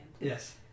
Yes